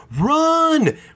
run